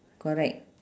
correct